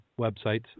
websites